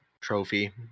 trophy